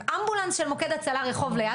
אמבולנס של מוקד הצלה רח' ליד,